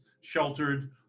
sheltered